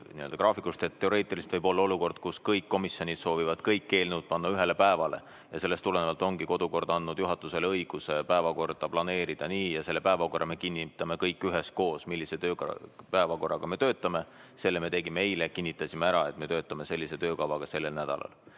planeerida. Teoreetiliselt võib olla olukord, kus kõik komisjonid soovivad kõik eelnõud panna ühele päevale. Sellest tulenevalt ongi kodukord andnud juhatusele õiguse päevakorda planeerida ja selle me kinnitame kõik üheskoos, millise päevakorraga me töötame. Selle me tegime eile, kinnitasime ära, et me töötame sellise töökavaga sellel nädalal.